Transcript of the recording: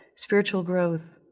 spiritual growth,